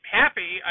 happy